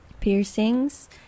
Piercings